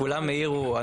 כולם העירו.